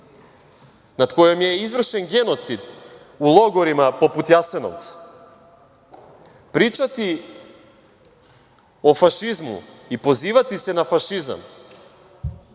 nad kojom je izvršen genocid u logorima poput Jasenovca, pričati o fašizmu i pozivati se na fašizam